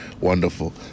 Wonderful